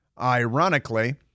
ironically